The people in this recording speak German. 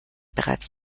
bereits